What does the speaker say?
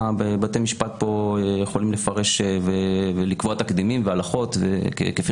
בתי המשפט פה יכולים לפרש ולקבוע תקדימים והלכות כפי